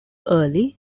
early